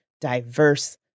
diverse